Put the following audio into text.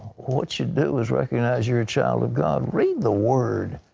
what you do is recognize you are a child of god. read the word.